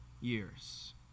years